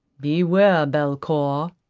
beware, belcour,